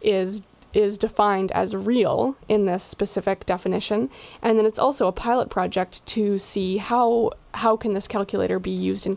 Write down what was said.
is is defined as a real in this specific definition and then it's also a pilot project to see how how can this calculator be used in